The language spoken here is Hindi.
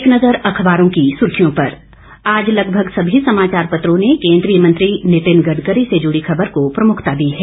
एक नज़र अखबारों की सुर्खियों पर आज लगभग सभी समाचार पत्रों ने केंद्रीय मंत्री नितिन गडकरी से जुड़ी खबर को प्रमुखता दी है